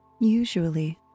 Usually